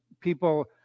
people